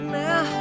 now